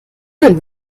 denn